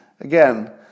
again